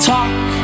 Talk